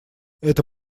это